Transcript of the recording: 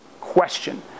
question